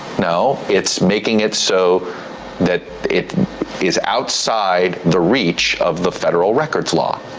no, it's making it so that it is outside the reach of the federal records law.